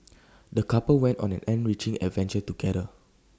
the couple went on an enriching adventure together